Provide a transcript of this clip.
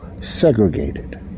segregated